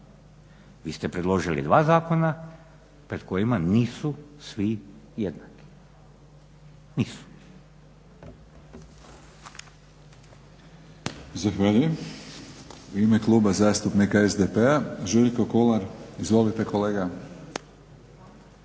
Vi ste predložili dva zakona pred kojima nisu svi jednaki, nisu.